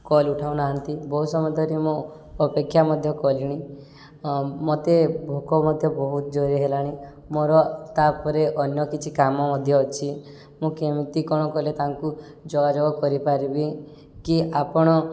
call ଉଠାଉ ନାହାନ୍ତି ବହୁତ ସମୟ ଧରି ମୁଁ ଅପେକ୍ଷା ମଧ୍ୟ କଲିଣି ମୋତେ ଭୋକ ମଧ୍ୟ ବହୁତ ଜୋରରେ ହେଲାଣି ମୋର ତା'ପରେ ଅନ୍ୟ କିଛି କାମ ମଧ୍ୟ ଅଛି ମୁଁ କେମିତି କ'ଣ କଲେ ତାଙ୍କୁ ଯୋଗାଯୋଗ କରିପାରିବି କି ଆପଣ